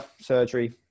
surgery